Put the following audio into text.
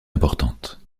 importante